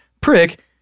Prick